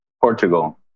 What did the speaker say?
Portugal